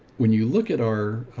when you look at our,